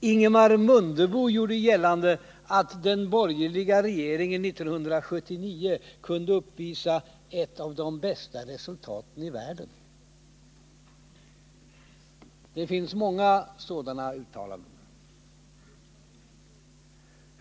Ingemar Mundebo gjorde gällande att den borgerliga regeringen 1979 kunde uppvisa ”ett av de bästa resultaten i världen”. Det finns många sådana uttalanden.